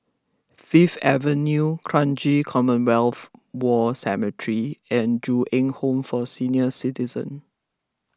Fifth Avenue Kranji Commonwealth War Cemetery and Ju Eng Home for Senior Citizens